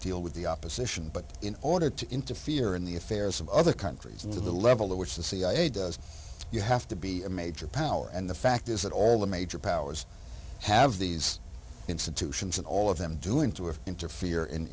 deal with the opposition but in order to interfere in the affairs of other countries and to the level at which the cia does you have to be a major power and the fact is that all the major powers have these institutions and all of them doing two or interfere in